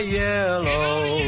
yellow